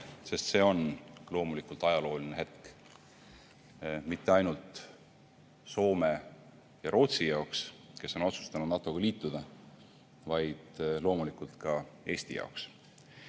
sest see on loomulikult ajalooline hetk, mitte ainult Soome ja Rootsi jaoks, kes on otsustanud NATO-ga liituda, vaid ka Eesti jaoks.